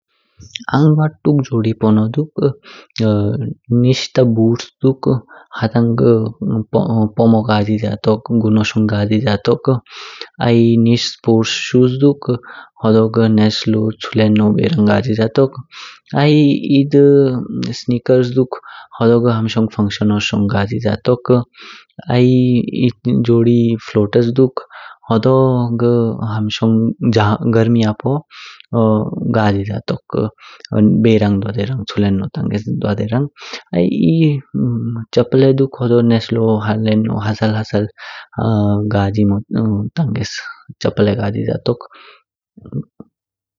आंग द्वा तुग जोड़ी पोनो दुख। नीश ता बूट्स दुख हतंग घ पूमो जजिया तोक गणों शोंग गजीजिया तोक। आई नीश स्पोर्ट्स शूज़ दुख, होड़ों घ नेस लो चूलेनो बेरंग गजीजिया तोक। आई एध सेनकर्स दुख होड़ों घ हम शोंग फंक्शन गजीजिया तोक। आई एध जोड़ी फ्लोटास दुख। होड़ों घ गर्मियां पू गजीजिया तोक। बेरंग द्वादेरंग चूलेनो तांगेस द्वादेरंग। आई एह चपले दुख होड़ों नेस लो हालेनो हसल हसल गजीमो तांगेस चपल गजीजिया तोक।